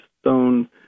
stone